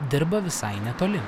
dirba visai netoli